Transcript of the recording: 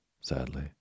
sadly